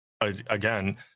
again